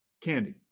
candy